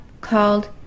called